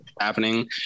happening